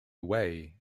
away